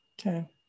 Okay